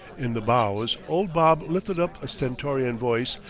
in the bows old bob lifted up a stentorian voice,